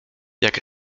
jak